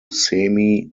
semi